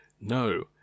No